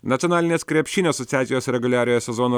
nacionalinės krepšinio asociacijos reguliariojo sezono